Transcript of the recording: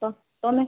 ତ ତମେ